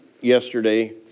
yesterday